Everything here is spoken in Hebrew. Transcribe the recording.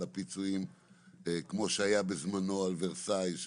כמו שהיה בזמנו בוורסאי,